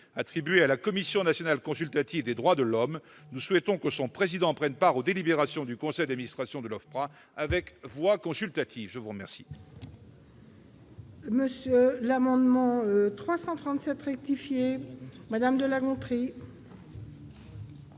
attribuées à la Commission nationale consultative des droits de l'homme, nous souhaitons que le président de celle-ci prenne part aux délibérations du conseil d'administration de l'OFPRA, avec voix consultative. L'amendement